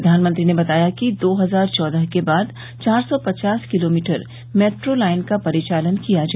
प्रधानमंत्री ने बताया कि दो हजार चौदह के बाद चार सौ पचास किलोमीटर मेट्रो लाइन का परिचालन किया गया